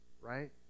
right